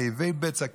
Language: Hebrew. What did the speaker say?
תאבי בצע,